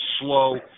slow